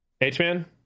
H-Man